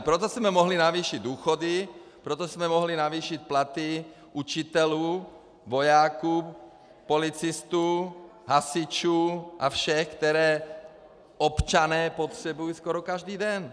Proto jsme mohli navýšit důchody, proto jsme mohli navýšit platy učitelů, vojáků, policistů, hasičů a všech, které občané potřebují skoro každý den.